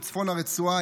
בצפון הרצועה,